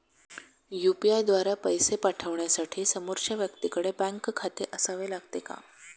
UPI द्वारा पैसे पाठवण्यासाठी समोरच्या व्यक्तीकडे बँक खाते असावे लागते का?